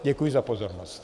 Děkuji za pozornost.